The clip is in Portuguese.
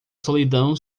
solidão